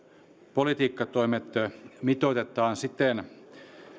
politiikkatoimet mitoitetaan siten